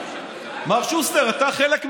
מר שוסטר, אתה חלק מהממשלה,